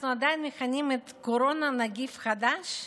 אנחנו עדיין מכנים את הקורונה נגיף חדש?